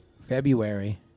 February